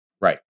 Right